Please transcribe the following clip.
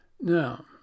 Now